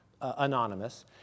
Anonymous